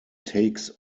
takes